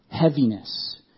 Heaviness